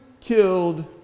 killed